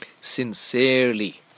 sincerely